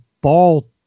ball